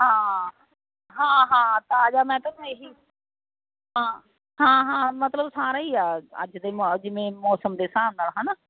ਹਾਂ ਹਾਂ ਹਾਂ ਤਾਜ਼ਾ ਮੈਂ ਤੁਹਾਨੂੰ ਇਹੀ ਹਾਂ ਹਾਂ ਮਤਲਬ ਸਾਰਾ ਹੀ ਆ ਅੱਜ ਦੇ ਮਾਹੌਲ ਜਿਵੇਂ ਮੌਸਮ ਦੇ ਹਿਸਾਬ ਨਾਲ ਹੈ ਨਾ